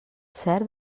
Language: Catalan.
cert